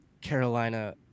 Carolina